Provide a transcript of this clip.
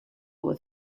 with